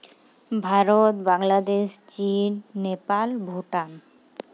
ᱵᱷᱟᱨᱚᱛ ᱵᱟᱝᱞᱟᱫᱮᱥ ᱪᱤᱱ ᱱᱮᱯᱟᱞ ᱵᱷᱩᱴᱟᱱ